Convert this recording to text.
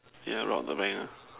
yeah rob the bank ah